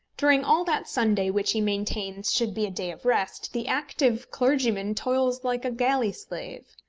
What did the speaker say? during all that sunday which he maintains should be a day of rest, the active clergyman toils like a galley-slave.